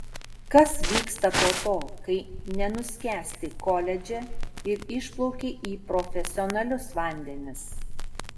kas vyksta po to kai nenuskęsti koledže ir išplauki į profesionalius vandenis